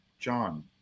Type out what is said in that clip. John